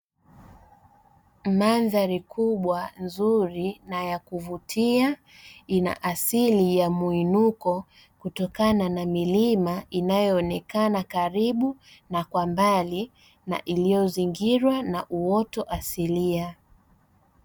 Mandhari kubwa, nzuri na ya kuvutia ina asili ya muinuko kutokana na milima inayoonekana karibu na kwa mbali na iliyozingirwa na uoto asilia.